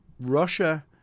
Russia